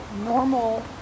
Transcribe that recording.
normal